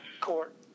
court